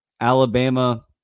Alabama